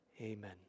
amen